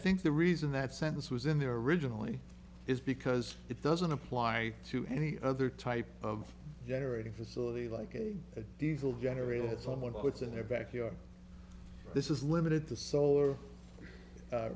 think the reason that sentence was in there originally is because it doesn't apply to any other type of generating facility like a diesel generator that someone puts in their backyard this is limited to solar